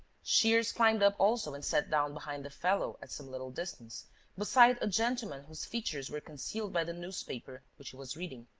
shears climbed up also and sat down behind the fellow, at some little distance, beside a gentleman whose features were concealed by the newspaper which he was reading.